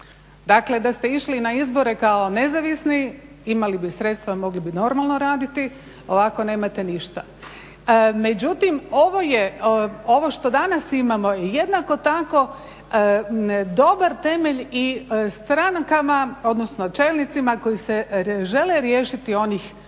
Dakle da ste išli na izbore kao nezavisni imali bi sredstva mogli bi normalno raditi, ovako nemate ništa. Međutim ovo što danas imamo jednako tako je dobar temelj i strankama odnosno čelnicima koji se žele riješiti onih koji